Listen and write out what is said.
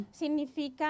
significa